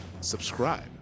subscribe